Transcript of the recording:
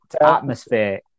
atmosphere